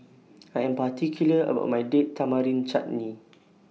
I Am particular about My Date Tamarind Chutney